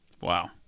Wow